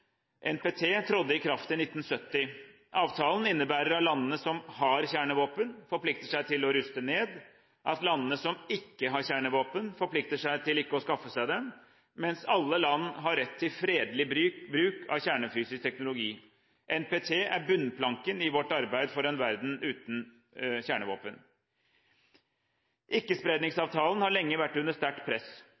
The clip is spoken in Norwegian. NPT, trådte i kraft i 1970. Avtalen innebærer at landene som har kjernevåpen, forplikter seg til å ruste ned, at landene som ikke har kjernevåpen, forplikter seg til ikke å skaffe seg dem, mens alle land har rett til fredelig bruk av kjernefysisk teknologi. NPT er bunnplanken i vårt arbeid for en verden uten kjernevåpen. Ikke-spredningsavtalen har lenge vært under sterkt press.